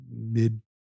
mid